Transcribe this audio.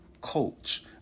Coach